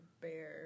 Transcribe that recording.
bear